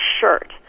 shirt